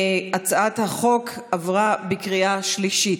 הצעת החוק עברה בקריאה שלישית.